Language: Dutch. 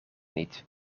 niet